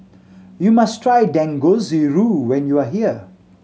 you must try Dangojiru when you are here